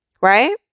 Right